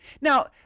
Now